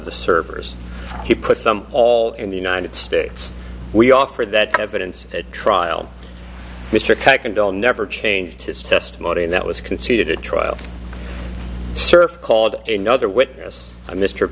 the servers he put them all in the united states we offer that evidence at trial and all never changed his testimony and that was conceded a trial surf called in other witness